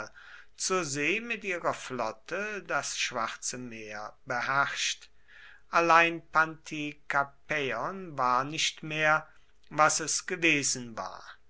zur see mit ihrer flotte das schwarze meer beherrscht allein pantikapäon war nicht mehr was es gewesen war